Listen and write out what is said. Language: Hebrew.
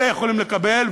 אלה יכולים לקבל,